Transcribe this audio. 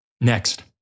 Next